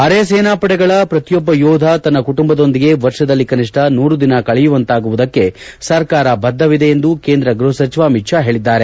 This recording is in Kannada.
ಅರೆ ಸೇನಾ ಪಡೆಗಳ ಪ್ರತಿಯೊಬ್ಬ ಯೋಧ ತನ್ನ ಕುಟುಂಬದೊಂದಿಗೆ ವರ್ಷದಲ್ಲಿ ಕನಿಷ್ಠ ನೂರು ದಿನ ಕಳೆಯುವಂತಾಗುವುದಕ್ಕೆ ಸರ್ಕಾರ ಬದ್ದವಿದೆ ಎಂದು ಕೇಂದ್ರ ಗೃಹ ಸಚಿವ ಅಮಿತ್ ಷಾ ಹೇಳದ್ದಾರೆ